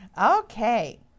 Okay